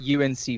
UNC